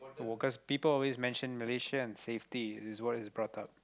the workers people always mention Malaysia and safety it is what is brought up